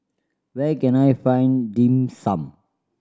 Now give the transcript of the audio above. where can I find Dim Sum